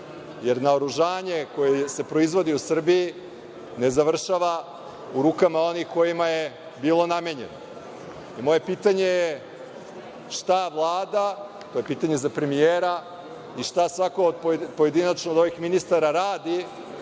jer naoružanje koje se proizvodi u Srbiji ne završava u rukama onih kojima je bilo namenjeno. Moje pitanje za premijera je – šta Vlada i šta svako pojedinačno od ovih ministara radi